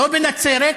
לא בנצרת,